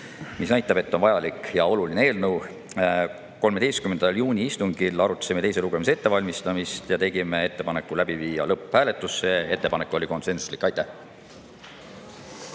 mis näitab, et see on vajalik ja oluline eelnõu. 13. juuni istungil arutasime teise lugemise ettevalmistamist ja tegime ettepaneku läbi viia lõpphääletus. See ettepanek oli konsensuslik. Aitäh!